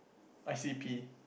I_C_P